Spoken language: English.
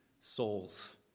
souls